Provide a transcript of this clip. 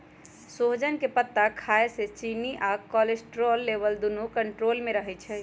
सोजन के पत्ता खाए से चिन्नी आ कोलेस्ट्रोल लेवल दुन्नो कन्ट्रोल मे रहई छई